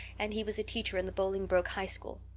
and he was a teacher in the bolingbroke high school.